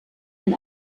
den